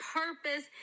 purpose